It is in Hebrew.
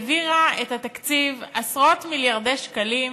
העבירה את התקציב, עשרות-מיליארדי שקלים,